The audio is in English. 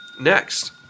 next